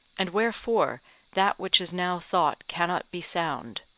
and wherefore that which is now thought cannot be sound?